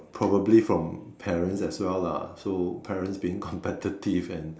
probably from parents as well lah so parents being competitive and